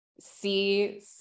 see